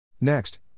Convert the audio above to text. Next